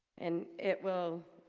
and it will